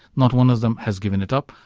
not one of them has given it up.